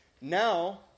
Now